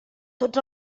tots